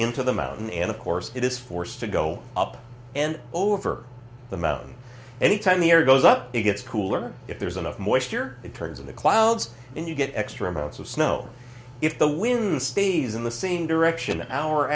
into the mountain and of course it is forced to go up and over the mountain any time the air goes up it gets cooler if there's enough moisture it turns in the clouds and you get extra amounts of snow if the wind stays in the same